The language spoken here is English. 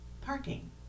parking